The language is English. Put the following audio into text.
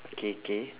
okay K